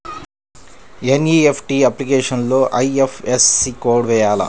NEFT అప్లికేషన్లో IFSC code వేయాలా?